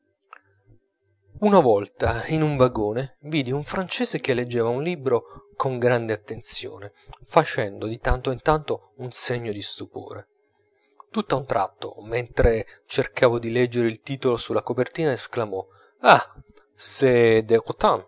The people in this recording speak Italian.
una volta in un vagone vidi un francese che leggeva un libro con grande attenzione facendo di tanto in tanto un segno di stupore tutt'a un tratto mentre cercavo di leggere il titolo sulla copertina esclamò ah